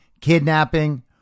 kidnapping